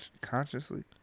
consciously